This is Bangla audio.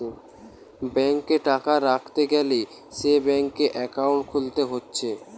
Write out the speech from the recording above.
ব্যাংকে টাকা রাখতে গ্যালে সে ব্যাংকে একাউন্ট খুলতে হতিছে